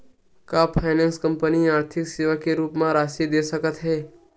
का finance company आर्थिक सेवा के रूप म राशि दे सकत हे?